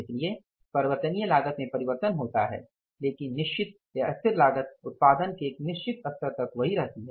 इसलिए परिवर्तनीय लागत में परिवर्तन होता है लेकिन निश्चित लागत उत्पादन के एक निश्चित स्तर तक वही रहती है